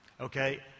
Okay